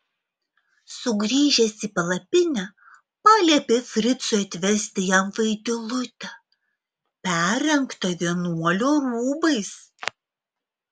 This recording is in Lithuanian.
sugrįžęs į palapinę paliepė fricui atvesti jam vaidilutę perrengtą vienuolio rūbais